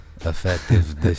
effective